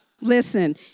listen